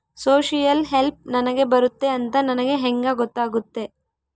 Social help ನನಗೆ ಬರುತ್ತೆ ಅಂತ ನನಗೆ ಹೆಂಗ ಗೊತ್ತಾಗುತ್ತೆ?